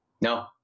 no